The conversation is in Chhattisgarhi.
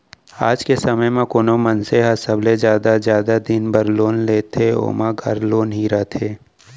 आज के समे म कोनो मनसे ह सबले जादा जादा दिन बर लोन लेथे ओमा घर लोन ही रथे